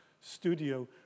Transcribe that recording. studio